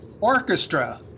Orchestra